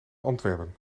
antwerpen